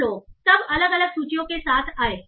और लोग तब अलग अलग सूचियों के साथ आए